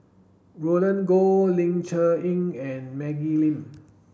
Roland Goh Ling Cher Eng and Maggie Lim